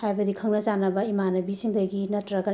ꯍꯥꯏꯕꯗꯤ ꯈꯪꯅ ꯆꯥꯟꯅꯕ ꯏꯃꯥꯟꯅꯕꯤꯁꯤꯡꯗꯒꯤ ꯅꯠꯇ꯭ꯔꯒ